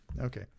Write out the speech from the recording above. Okay